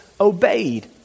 obeyed